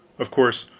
of course,